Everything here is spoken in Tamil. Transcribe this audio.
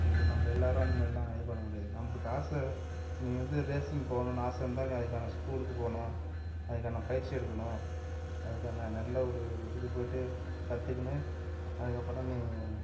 இப்போ நம்ப எல்லொரும் அந்த மாரிலாம் இது பண்ண முடியாது நம்பளுக்கு ஆசை நீ வந்து ரேஸிங் போகணுன்னு ஆசை இருந்தால் நீ அதுக்கான ஸ்கூலுக்கு போகணும் அதுக்கான பயிற்சி எடுக்கணும் அதுக்கான நல்ல ஒரு இதுக்கு போய்விட்டு கற்றுக்குன்னு அதுக்கப்புறம் நீ